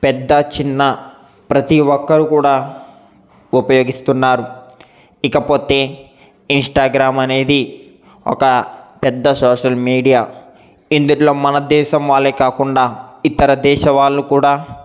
పెద్ద చిన్న ప్రతీ ఒక్కరు కూడా ఉపయోగిస్తున్నారు ఇకపోతే ఇన్స్టాగ్రామ్ అనేది ఒక పెద్ద సోషల్ మీడియా ఇందులో మన దేశం వాళ్ళే కాకుండా ఇతర దేశ వాళ్ళు కూడా